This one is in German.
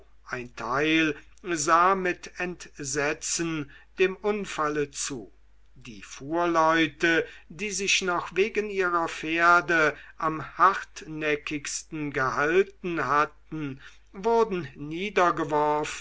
ein teil sah mit entsetzen dem unfalle zu die fuhrleute die sich noch wegen ihrer pferde am hartnäckigsten gehalten hatten wurden